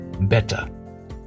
better